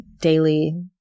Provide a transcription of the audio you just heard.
daily